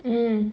mm